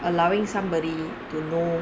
allowing somebody to know